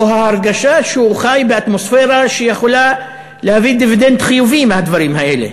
או ההרגשה שהוא חי באטמוספירה שיכולה להביא דיבידנד חיובי מהדברים האלה,